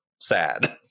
sad